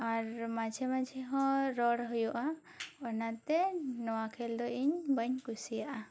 ᱟᱨ ᱢᱟᱱᱡᱷᱮ ᱢᱟᱱᱡᱷᱮ ᱦᱚᱸ ᱨᱚᱲ ᱦᱩᱭᱩᱜᱼᱟ ᱚᱱᱟ ᱛᱮ ᱱᱚᱶᱟ ᱠᱷᱮᱞ ᱫᱚ ᱤᱧ ᱵᱟᱹᱧ ᱠᱩᱥᱤᱭᱟᱜᱼᱟ